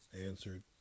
answered